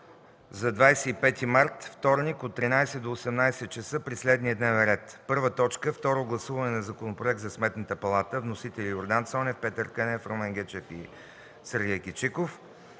за 25 март, вторник, от 13,00 до 18,00 ч. при следния дневен ред: 1. Второ гласуване на Законопроекта за Сметната палата с вносители Йордан Цонев, Петър Кънев, Румен Гечев и Сергей Кичиков.